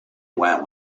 went